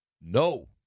No